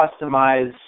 customize